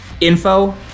info